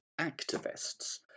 activists